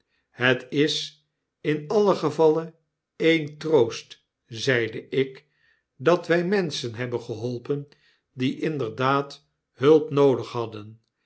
het is in alien gevalle een troost zeide ik dat wij menschen hebben geholpen die inderdaad hulp noodig hadden